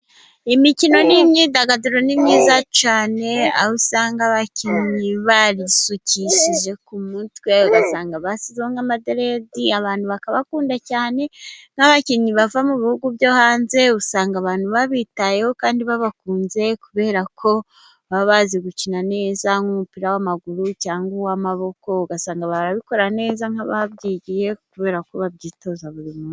Imikino n'imyidagaduro ni myiza cyane, aho usanga abakinnyi barisukishije ku mutwe amaderedi abantu bakabakunda cyane, n'abakinnyi bava mu bihugu byo hanze usanga abantu babitayeho kandi babakunze, kubera ko baba bazi gukina neza nk'umupira w'amaguru, cyangwa uw'amaboko. Ugasanga barabikora neza nk'ababyigiye kubera ko babyitoza buri munsi.